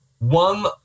One